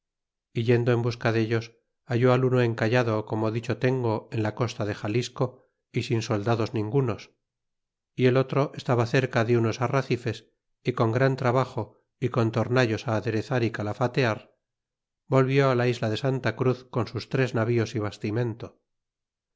yendo en busca dellos halló al uno encallado como dicho tengo en la costa de xalisco y sin soldados ningunos y el otro estaba cerca de unos arracifes y con gran trabajo y con tornallos aderezar y calafetear volvió á la isla de san tacruz con sus tres navíos y bastimento